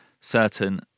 certain